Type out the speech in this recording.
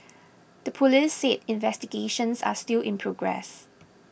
the police said investigations are still in progress